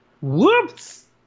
Whoops